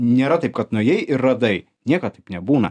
nėra taip kad nuėjai ir radai niekad nebūna